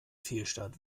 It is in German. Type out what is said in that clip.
fehlstart